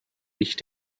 liegt